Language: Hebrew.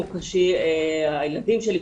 הילדים שלי.